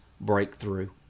breakthrough